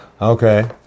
Okay